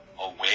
away